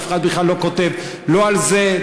אף אחד בכלל לא כותב לא על זה,